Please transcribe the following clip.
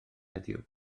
heddiw